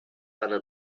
under